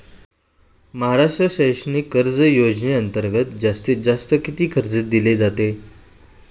महाराष्ट्र शैक्षणिक कर्ज योजनेअंतर्गत जास्तीत जास्त किती कर्ज दिले जाते?